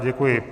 Děkuji.